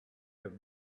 have